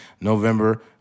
November